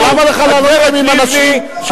אבל למה לך לענות להם עם אנשים שלא